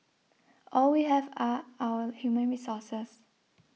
all we have are our human resources